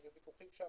והיו ויכוחים שם,